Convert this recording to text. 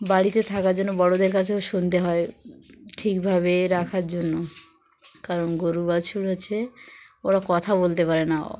বাড়িতে থাকার জন্য বড়দের কাছেও শুনতে হয় ঠিকভাবে রাখার জন্য কারণ গরু বাছুর হচ্ছে ওরা কথা বলতে পারে না